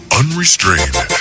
unrestrained